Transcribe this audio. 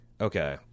Okay